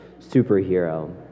superhero